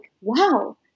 wow